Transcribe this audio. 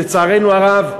ולצערנו הרב,